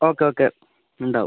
okay okay ഉണ്ടാവും